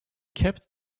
kept